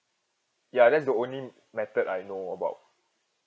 ya that's the only method I know about